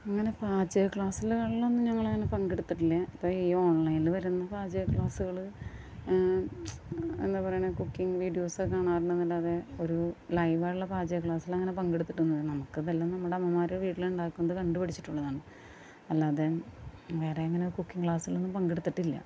അങ്ങനെ പാചക ക്ലാസുകളിലൊന്നും ഞങ്ങളങ്ങനെ പങ്കെടുത്തിട്ടില്ല അപ്പം ഈ ഓൺലൈനിൽ വരുന്ന പാചക ക്ലാസുകള് എന്താ പറയണേ കുക്കിംഗ് വീഡിയോസ് ഒക്കെ കാണാറുണ്ട് എന്നല്ലാതെ ഒരു ലൈവായുള്ള പാചക ക്ലാസിലങ്ങനെ പങ്കെടുത്തിട്ട് ഒന്നുമില്ല നമുക്ക് ഇതെല്ലാം നമ്മുടെ അമ്മമാരുടെ വീട്ടിൽ ഉണ്ടാക്കുന്നത് കണ്ട് പഠിച്ചിട്ടുള്ളതാണ് അല്ലാതെ വേറെ ഇങ്ങനെ കുക്കിംഗ് ക്ലാസുകളില് ഒന്നും പങ്കെടുത്തിട്ടില്ല